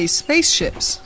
spaceships